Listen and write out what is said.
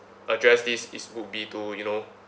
address this is would be to you know